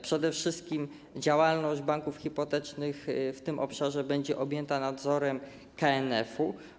Przede wszystkim działalność banków hipotecznych w tym obszarze będzie objęta nadzorem KNF-u.